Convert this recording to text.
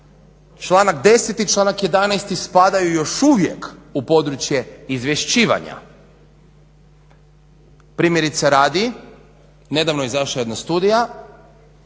Članak 10. i članak 11. spadaju još uvijek u područje izvješćivanja. Primjerice radi nedavno je izašla jedna studija